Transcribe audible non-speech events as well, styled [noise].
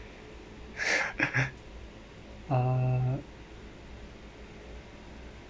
[laughs] uh